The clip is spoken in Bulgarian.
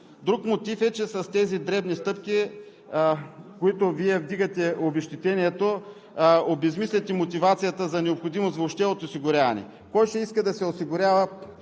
Друг мотив е, че с тези дребни стъпки, с които Вие вдигате обезщетението, обезсмисляте и мотивацията за необходимост въобще от осигуряване. Кой ще иска да му вземат